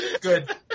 Good